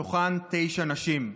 מתוכם תשע נשים.